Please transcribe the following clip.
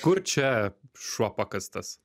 kur čia šuo pakastas